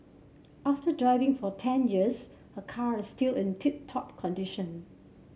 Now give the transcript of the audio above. after driving for ten years her car is still in tip top condition